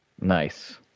Nice